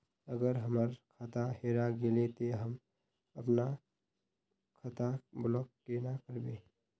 अगर हमर खाता हेरा गेले ते हम अपन खाता ब्लॉक केना करबे?